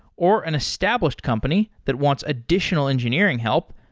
or an established company that wants additional engineering help,